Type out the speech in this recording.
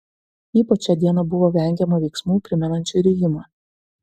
ypač šią dieną buvo vengiama veiksmų primenančių rijimą